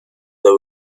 the